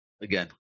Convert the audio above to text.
again